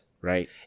Right